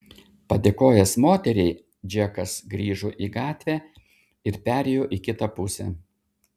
padėkojęs moteriai džekas grįžo į gatvę ir perėjo į kitą pusę